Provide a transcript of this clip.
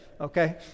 okay